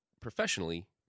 professionally